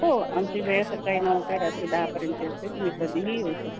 हो आमची वेळ सकाळी नऊ ते रात्री दहापर्यंतची असते तुम्ही कधीही येऊ शकता